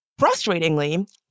Frustratingly